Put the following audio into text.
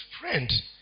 friend